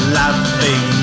laughing